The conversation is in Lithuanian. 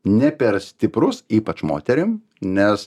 ne per stiprus ypač moterim nes